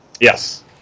Yes